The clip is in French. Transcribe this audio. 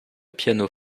pianos